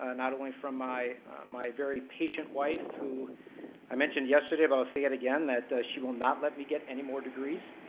ah not only from my my very patient wife, who i mentioned yesterday but i'll say yet again, that she will not let me get any more degrees.